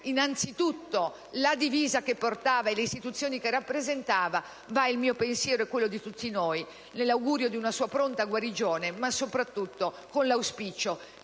innanzitutto la divisa che portava e le istituzioni che rappresentava, va il mio pensiero e quello di tutti noi con l'augurio di una pronta guarigione ma, soprattutto, con l'auspicio